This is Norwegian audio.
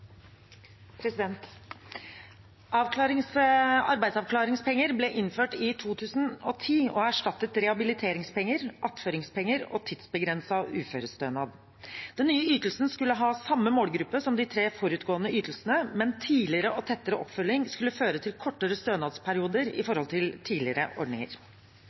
Arbeidsavklaringspenger ble innført i 2010 og erstattet rehabiliteringspenger, attføringspenger og tidsbegrenset uførestønad. Den nye ytelsen skulle ha samme målgruppe som de tre forutgående ytelsene, men tidligere og tettere oppfølging skulle føre til kortere stønadsperioder i forhold til tidligere ordninger.